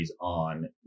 on